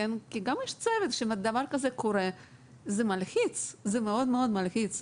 כשדבר כזה קורה זה מאוד מלחיץ.